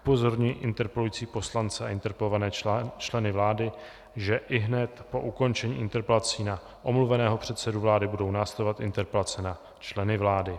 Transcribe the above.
Upozorňuji interpelující poslance a interpelované členy vlády, že ihned po ukončení interpelací na omluveného předsedu vlády budou následovat interpelace na členy vlády.